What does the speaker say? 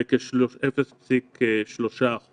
וכ-0.3%,